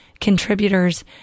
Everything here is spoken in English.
Contributors